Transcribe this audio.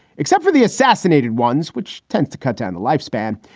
except for the assassinated ones, which tend to cut down the lifespan.